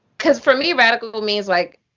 because for me, radical but means, like,